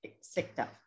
sector